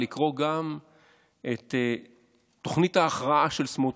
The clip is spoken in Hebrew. לקרוא גם את תוכנית ההכרעה של סמוטריץ'.